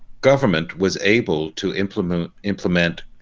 government was able to implement implement